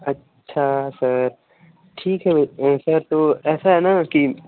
अच्छा सर ठीक है तो ऐसा है न की